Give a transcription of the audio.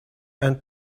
ein